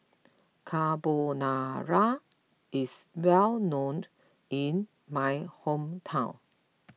Carbonara is well known in my hometown